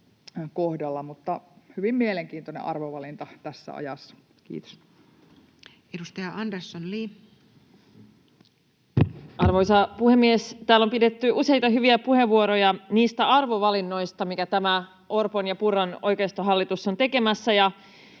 kohdalla. Hyvin mielenkiintoinen arvovalinta tässä ajassa. — Kiitos. Edustaja Andersson, Li. Arvoisa puhemies! Täällä on pidetty useita hyviä puheenvuoroja niistä arvovalinnoista, mitä tämä Orpon ja Purran oikeistohallitus on tekemässä.